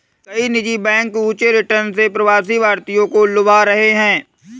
कई निजी बैंक ऊंचे रिटर्न से प्रवासी भारतीयों को लुभा रहे हैं